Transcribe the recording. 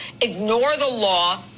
ignore-the-law